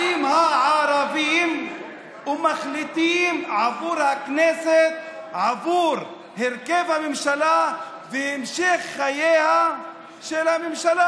באים הערבים ומחליטים עבור הכנסת על הרכב הממשלה והמשך חייה של הממשלה.